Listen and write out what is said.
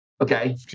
okay